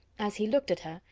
as he looked at her,